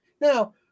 Now